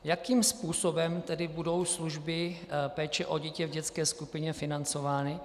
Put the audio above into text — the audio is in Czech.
Jakým způsobem tedy budou služby péče o dítě v dětské skupině financovány?